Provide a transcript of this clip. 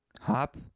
Hop